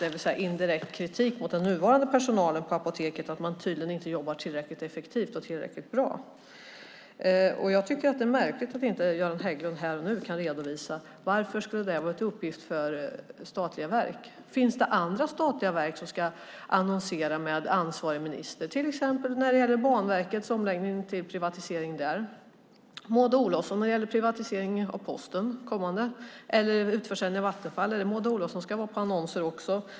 Det är alltså en indirekt kritik mot den nuvarande personalen på Apoteket, som tydligen inte jobbar tillräckligt effektivt och bra. Det är märkligt att Göran Hägglund inte här och nu kan redovisa varför det skulle vara en uppgift för statliga verk. Finns det andra statliga verk som ska annonsera med ansvarig minister, till exempel när det gäller Banverkets omläggning till privatisering, den kommande privatiseringen av posten eller en utförsäljning av Vattenfall? Ska då Maud Olofsson vara på annonser också?